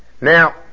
Now